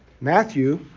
Matthew